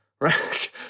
Right